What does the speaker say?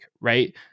Right